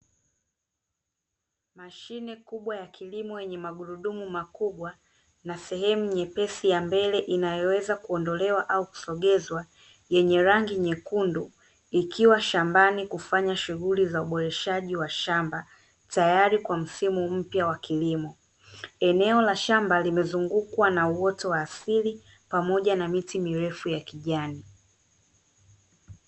Mashine kubwa ya kilimo yenye magurudumu makubwa na sehemu nyepesi ya mbele inayoweza kuondolewa au kusogezwa yenye rangi nyekundu, ikiwa shambani kufanya shughuli za uboreshaji wa shamba, tayari kwa msimu mpya wa kilimo. Eneo la shamba limezungukwa na uoto wa asili pamoja na miti mirefu ya kijani.